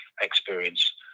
experience